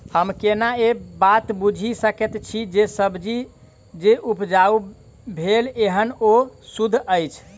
हम केना ए बात बुझी सकैत छी जे सब्जी जे उपजाउ भेल एहन ओ सुद्ध अछि?